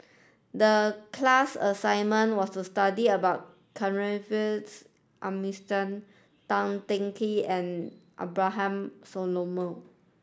the class assignment was to study about Tan Teng Kee and Abraham